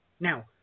now